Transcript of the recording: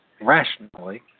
rationally